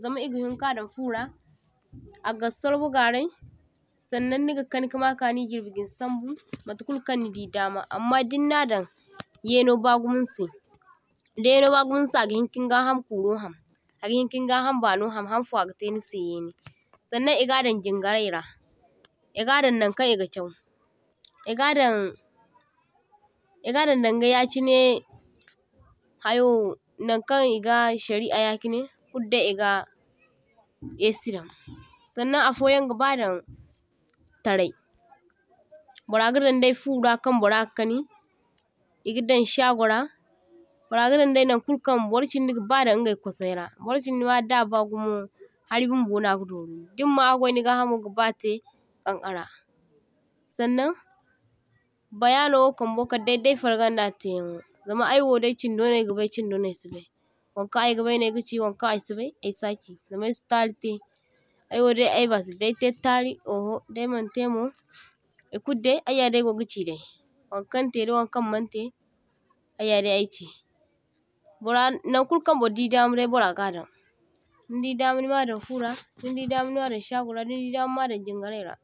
zama e’gahin kadaŋ fura, aga surbo garai sannaŋ niga kani kama ka’ni girbigin sambu mata kulukaŋ nidi dama, amma dinna daŋ yaino bagumo nisai da yaino bagumo nisai agahinka ni gahamo kuro ham aga hinka ni gaham bano ham, anfo aga tai nisai yaini. Sannaŋ e’gadan jingaraira, e’gadaŋ nankaŋ e’ga chaw, e’gadaŋ e’gadaŋ danga yachinai hayo nankaŋ e’ga shari’a yachinai kuddai e’ga a’ci daŋ. Sannaŋ afoyaŋ e’gabadaŋ tarai, burra gadaŋ daifura kaŋ burra ga kani, e’gadaŋ shagora, burra gadaŋ dai naŋ kulukaŋ burchindi gaba daŋ ingay kwasaira, burchindi hadda bagumo hari bumbo naga doru, dimmaŋ hagwai ni gahamo gabatai kaŋkara. Sannaŋ bayanowokaŋ kadday ayfarganda ataiyan, zama aywodai chindaino aygabai chindaino aysibai, wankaŋ aygabai no ay gachi wankaŋ aysibai ay sachi, zama aysi taritai ay wodai ay basi daitai tari oho daimaŋ taimo e’kuldai ay yadai gogachidai, wankan tai dawankaŋ mantai ay yadai aychi, burra naŋ kulukaŋ burdi damadai kulu burra gadaŋ, dindi dama nimadaŋ fura dindi dama nimada shagora dindi dama nimadaŋ jingaraira.